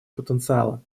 потенциала